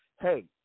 hey